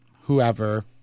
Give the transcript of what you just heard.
whoever